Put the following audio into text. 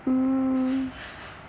mmhmm